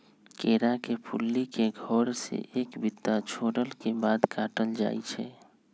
केरा के फुल्ली के घौर से एक बित्ता छोरला के बाद काटल जाइ छै